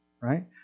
right